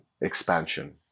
expansion